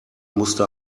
musste